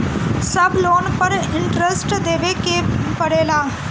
सब लोन पर इन्टरेस्ट देवे के पड़ेला?